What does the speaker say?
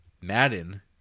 Madden